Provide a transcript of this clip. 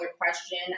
question